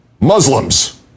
Muslims